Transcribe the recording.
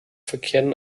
verkehren